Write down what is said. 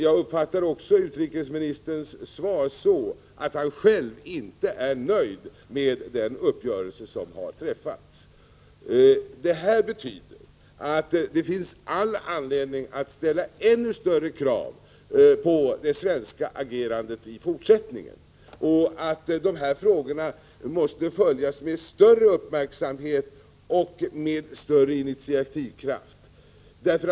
Jag uppfattar utrikesministerns svar på ett sådant sätt att han själv inte är nöjd med den uppgörelse som har träffats. Det här betyder att det finns all anledning att i fortsättningen ställa ännu större krav på det svenska agerandet. Dessa frågor måste följas med större uppmärksamhet och med större initiativkraft. Detta Prot.